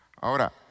Ahora